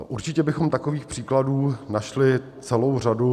Určitě bychom takových příkladů našli celou řadu.